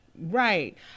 right